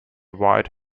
white